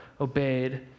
obeyed